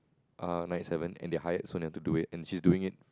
err nine seven and their hired so they have to do it and she's doing it